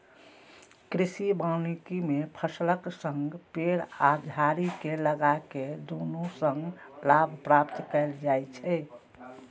कृषि वानिकी मे फसलक संग पेड़ आ झाड़ी कें लगाके दुनू सं लाभ प्राप्त कैल जाइ छै